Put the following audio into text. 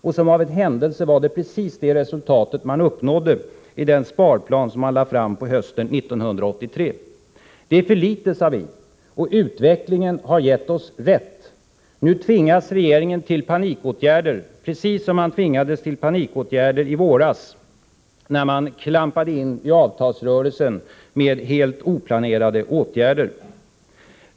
Liksom av en händelse var det precis det resultatet man uppnådde i den sparplan som man lade fram på hösten 1983. Det är för litet, sade vi, och utvecklingen har gett oss rätt. Nu tvingas regeringen till panikåtgärder — precis som i våras, när man klampade in i avtalsrörelsen med helt oplanerade åtgärder.